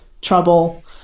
trouble